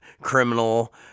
criminal